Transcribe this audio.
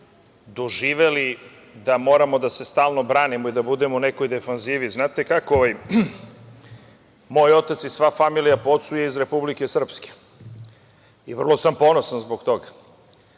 doživeli da moramo da se stalno branimo i da budemo u nekoj defanzivi. Znate kako, moj otac i sva familija po ocu je iz Republike Srpske i vrlo sam ponosan zbog toga,